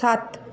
সাত